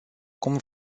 cum